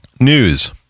News